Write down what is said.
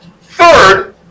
third